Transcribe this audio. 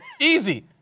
easy